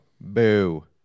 Boo